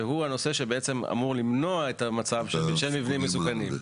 שזה נושא שאמור למנוע את המצב של מבנים מסוכנים.